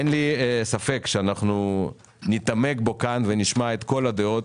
אין לי ספק שאנחנו נתעמק בו כאן ונשמע את כל הדעות